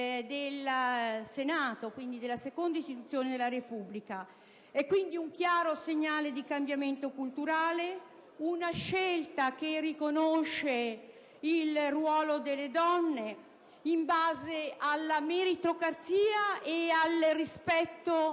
del Senato, quindi della seconda istituzione della Repubblica. Si tratta di un chiaro segnale di cambiamento culturale, una scelta che riconosce il ruolo delle donne in base alla meritocrazia e al rispetto